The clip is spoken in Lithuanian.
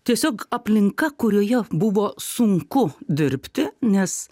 tiesiog aplinka kurioje buvo sunku dirbti nes